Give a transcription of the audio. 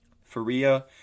Faria